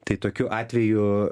tai tokiu atveju